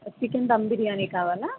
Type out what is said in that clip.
chicken dum biryani కావాలా